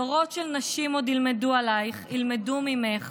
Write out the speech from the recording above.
דורות של נשים עוד ילמדו עלייך, ילמדו ממך.